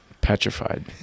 Petrified